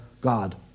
God